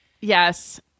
Yes